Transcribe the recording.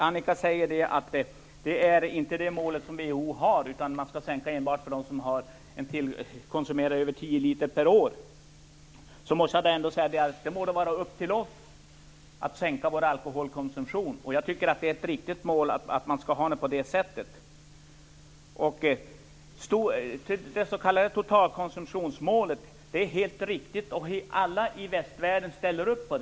Annika Jonsell säger att WHO inte har det målet utan att det gäller att sänka konsumtionen enbart för dem som konsumerar över 10 liter per år. Jag måste ändå säga att det är upp till oss att sänka vår alkoholkonsumtion och att jag tycker att det är fråga om ett riktigt mål. Det s.k. totalkonsumtionsmålet är helt riktigt, och alla i västvärlden står bakom det.